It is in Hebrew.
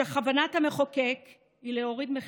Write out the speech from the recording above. שכוונת המחוקק היא להוריד מחירים,